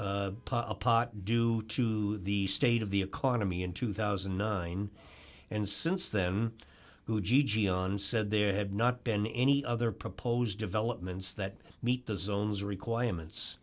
pot due to the state of the economy in two thousand and nine and since then who g g on said there have not been any other proposed developments that meet the zones requirements